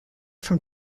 from